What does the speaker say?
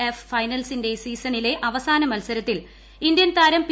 F ഫൈനൽസിന്റെ സീസണിലെ അവസാന മൽസരത്തിൽ ഇന്ത്യൻ താരം പി